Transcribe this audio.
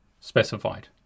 specified